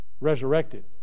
resurrected